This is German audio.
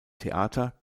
theater